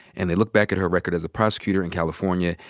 and they look back at her record as a prosecutor in california,